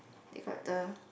they got the